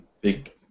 big